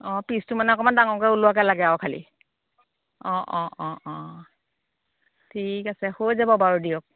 অঁ পিছটো মানে অকণমান ডাঙৰকৈ ওলোৱাকে লাগে আৰু খালি অঁ অঁ অঁ অঁ ঠিক আছে হৈ যাব বাৰু দিয়ক